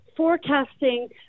forecasting